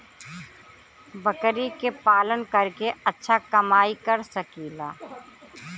बकरी के पालन करके अच्छा कमाई कर सकीं ला?